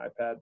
iPad